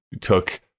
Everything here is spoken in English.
took